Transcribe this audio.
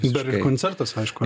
dar ir koncertas aišku